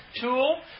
tool